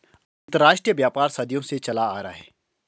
अंतरराष्ट्रीय व्यापार सदियों से चला आ रहा है